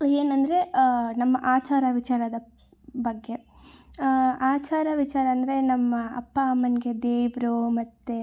ಏನಂದರೆ ನಮ್ಮ ಆಚಾರ ವಿಚಾರದ ಬಗ್ಗೆ ಆಚಾರ ವಿಚಾರ ಅಂದರೆ ನಮ್ಮ ಅಪ್ಪ ಅಮ್ಮನಿಗೆ ದೇವರು ಮತ್ತು